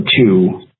two